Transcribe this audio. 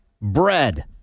bread